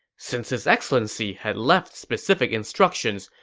since his excellency had left specific instructions,